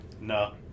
No